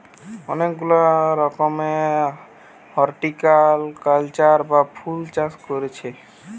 অনেক গুলা রকমের হরটিকালচার বা ফুল চাষ কোরছি